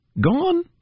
gone